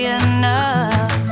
enough